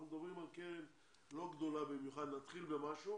אנחנו מדברים על קרן לא גדולה במיוחד אבל נתחיל במשהו